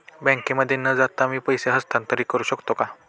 बँकेमध्ये न जाता मी पैसे हस्तांतरित करू शकतो का?